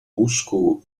łóżku